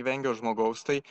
vengia žmogaus tai